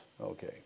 Okay